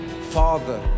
Father